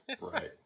Right